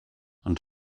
und